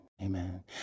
Amen